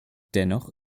dennoch